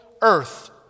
earth